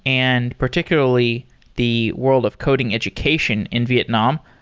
and particularly the world of coding education in vietnam.